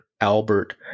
Albert